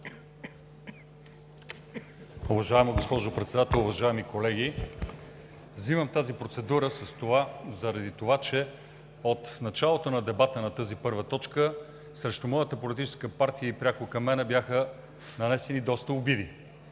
Уважаема госпожо Председател, уважаеми колеги! Взимам тази процедура заради това, че от началото на дебата по тази първа точка срещу моята политическа партия и пряко към мен бяха нанесени доста обиди.